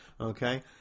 okay